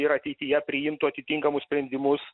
ir ateityje priimtų atitinkamus sprendimus